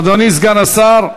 אדוני סגן השר.